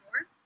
more